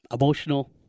Emotional